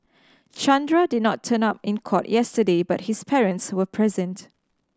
Chandra did not turn up in court yesterday but his parents were present